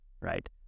right